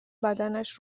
بدنش